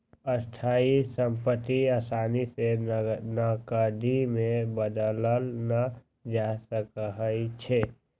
स्थाइ सम्पति असानी से नकदी में बदलल न जा सकइ छै